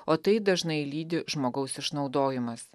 o tai dažnai lydi žmogaus išnaudojimas